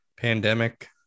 pandemic